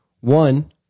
One